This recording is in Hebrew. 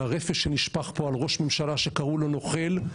הרפש שנשפך פה על ראש ממשלה שקראו לו נוכל,